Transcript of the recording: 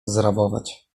zrabować